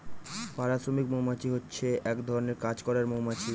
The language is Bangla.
পাড়া শ্রমিক মৌমাছি হচ্ছে এক ধরনের কাজ করার মৌমাছি